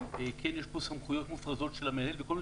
כן יש פה סמכויות מופרזות של המנהל וכל מיני